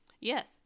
Yes